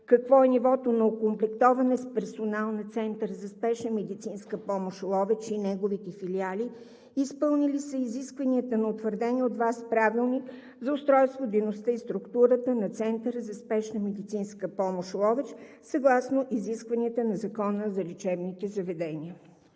какво е нивото на окомплектоване с персонал на Центъра за спешна медицинска помощ – Ловеч, и неговите филиали, изпълнени ли са изискванията на утвърдения от Вас Правилник за устройството, дейността и структурата на Центъра за спешна медицинска помощ – Ловеч, съгласно изискванията на Закона за лечебните заведения?